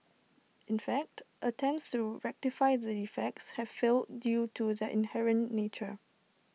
in fact attempts to rectify the defects have failed due to their inherent nature